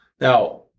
Now